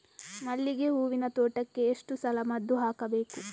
ಮಲ್ಲಿಗೆ ಹೂವಿನ ತೋಟಕ್ಕೆ ಎಷ್ಟು ಸಲ ಮದ್ದು ಹಾಕಬೇಕು?